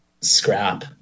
Scrap